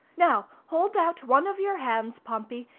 now, hold out one of your hands, pompey,